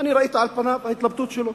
אני ראיתי על פניו את ההתלבטות שלו.